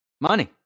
money